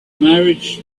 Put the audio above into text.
married